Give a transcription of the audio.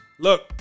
Look